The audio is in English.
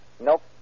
Nope